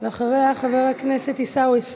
אחריה, חבר הכנסת עיסאווי פריג',